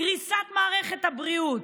קריסת מערכת הבריאות,